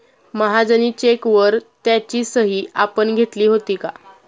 महाजनी चेकवर त्याची सही आपण घेतली होती का?